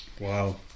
Wow